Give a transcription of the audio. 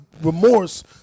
remorse